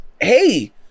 hey